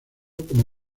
como